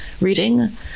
reading